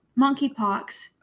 monkeypox